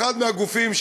אחד מהגופים,